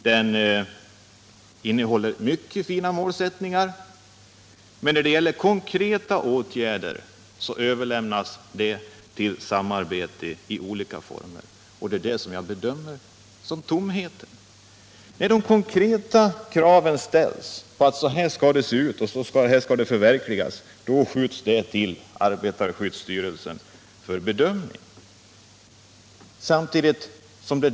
Den innehåller mycket fina målsättningar, men de konkreta åtgärderna skall vidtas genom samarbete i olika former. Det är det som jag bedömer som tomheten. När konkreta krav ställs på att så här skall det se ut, då hänskjuts de till arbetarskyddsstyrelsen för bedömning.